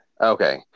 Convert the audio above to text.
Okay